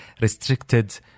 restricted